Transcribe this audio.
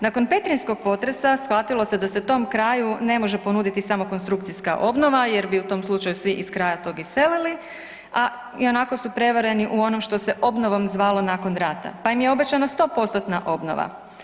Nakon petrinjskog potresa shvatilo se da se tom kraju ne može ponuditi samo konstrukcijska obnova jer bi u tom slučaju svi iz kraja tog iselili, a ionako su prevareni u onom što se obnovom zvalo nakon rata, pa im je obećana 100%-tna obnova.